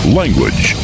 language